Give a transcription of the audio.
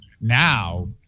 now